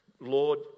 Lord